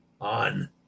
on